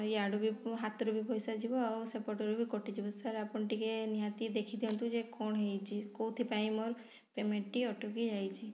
ୟାଡ଼ୁ ବି ହାତରୁ ବି ପଇସା ଯିବ ଆଉ ସେପଟରୁ ବି କଟିଯିବ ସାର୍ ଆପଣ ଟିକେ ନିହାତି ଦେଖିଦିଅନ୍ତୁ ଯେ କ'ଣ ହୋଇଛି କେଉଁଥିପାଇଁ ମୋର ପେମେଣ୍ଟ୍ଟି ଅଟକି ଯାଇଛି